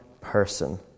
person